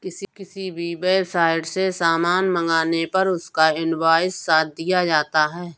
किसी भी वेबसाईट से सामान मंगाने पर उसका इन्वॉइस साथ दिया जाता है